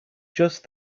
just